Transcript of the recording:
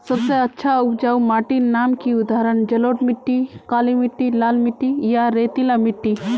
सबसे अच्छा उपजाऊ माटिर नाम की उदाहरण जलोढ़ मिट्टी, काली मिटटी, लाल मिटटी या रेतीला मिट्टी?